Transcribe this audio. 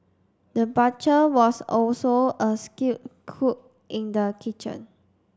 the was also a skilled cook in the kitchen